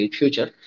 future